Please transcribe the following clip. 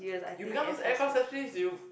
you become those aircraft specialist you